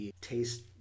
taste